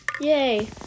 yay